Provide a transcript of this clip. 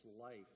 life